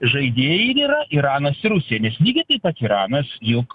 žaidėjai yra iranas ir rusija lygiai taip pat iranas juk